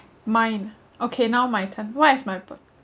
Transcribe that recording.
mine okay now my turn what is my birthday